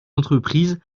entreprises